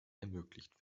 ermöglicht